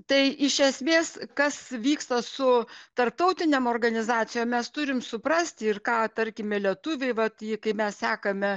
tai iš esmės kas vyksta su tarptautinėm organizacijom mes turim suprasti ir ką tarkime lietuviai vat kai mes sekame